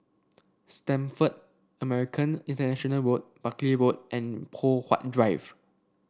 Stamford American International Road Buckley Road and Poh Huat Drive